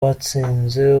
batsinze